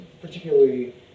particularly